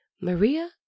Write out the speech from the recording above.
Maria